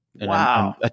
wow